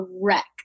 wreck